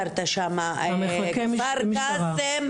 לטבריה, כפר קאסם.